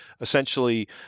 essentially